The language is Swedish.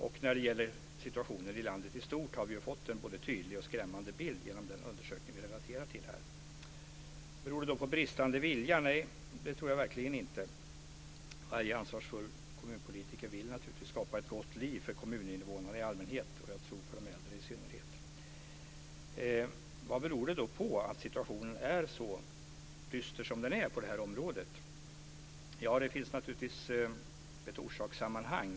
Och när det gäller situationen i landet i stort har vi ju fått en både tydlig och skrämmande bild genom den undersökning som vi här relaterar till. Beror det då på bristande vilja? Nej, det tror jag verkligen inte. Varje ansvarsfull kommunpolitiker vill naturligtvis skapa ett gott liv för kommuninvånarna i allmänhet och, tror jag, för de äldre i synnerhet. Vad beror det då på att situationen är så dyster som den är på det här området? Det finns naturligtvis ett orsakssammanhang.